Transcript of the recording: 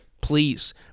Please